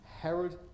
Herod